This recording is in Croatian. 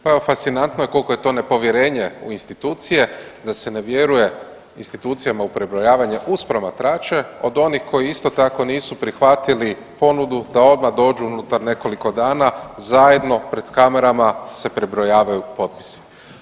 Pa evo fascinantno je koliko je to nepovjerenje u institucije, da se ne vjeruje institucijama u prebrojavanje, uz promatrače od onih koji isto tako nisu prihvatili ponudu da odmah dođu unutar nekoliko dana zajedno pred kamerama se prebrojavaju potpisi.